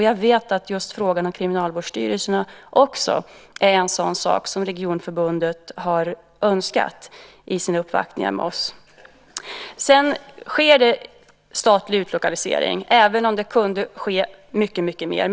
Jag vet att just frågan om Kriminalvårdsstyrelsen också är en sådan sak som Regionförbundet har önskat vid sina uppvaktningar hos oss. Det sker en statlig utlokalisering, men det kunde ske mycket mer.